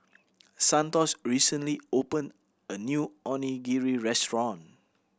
Santos recently opened a new Onigiri Restaurant